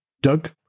Doug